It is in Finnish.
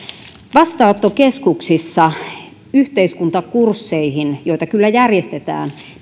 vastaanottokeskuksissa yhteiskuntakursseihin joita kyllä järjestetään